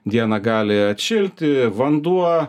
dieną gali atšilti vanduo